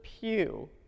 pew